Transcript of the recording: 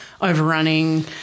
overrunning